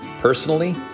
Personally